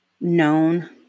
known